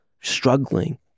struggling